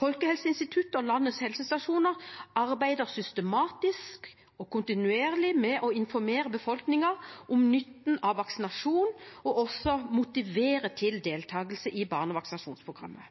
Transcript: Folkehelseinstituttet og landets helsestasjoner arbeider systematisk og kontinuerlig med å informere befolkningen om nytten av vaksinasjon og også motivere til deltakelse i barnevaksinasjonsprogrammet.